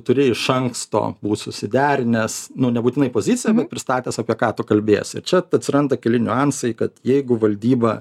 turi iš anksto būt susiderinęs nu nebūtinai poziciją pristatęs apie ką tu kalbėsi čia atsiranda keli niuansai kad jeigu valdyba